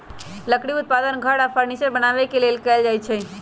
लकड़ी उत्पादन घर आऽ फर्नीचर बनाबे के लेल कएल जाइ छइ